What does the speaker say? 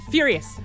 Furious